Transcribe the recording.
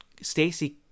Stacy